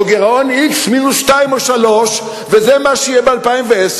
גירעון x מינוס 2 או 3 וזה מה שיהיה ב-2010,